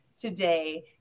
today